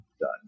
done